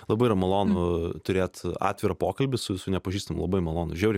labai yra malonu turėt atvirą pokalbį su nepažįstamu labai malonu žiauriai